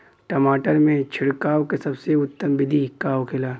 टमाटर में छिड़काव का सबसे उत्तम बिदी का होखेला?